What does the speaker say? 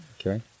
okay